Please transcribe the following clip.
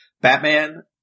Batman